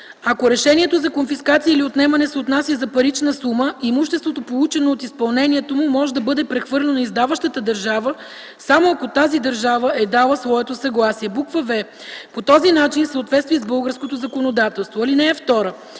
ако решението за конфискация или отнемане се отнася за парична сума, имуществото, получено от изпълнението му, може да бъде прехвърлено на издаващата държава, само ако тази държава е дала своето съгласие; в) по друг начин в съответствие с българското законодателство. (2) Република